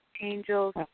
Angels